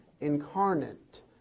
Incarnate